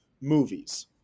movies